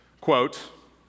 quote